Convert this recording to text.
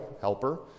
Helper